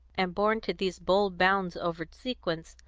and born to these bold bounds over sequence,